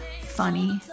funny